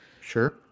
Sure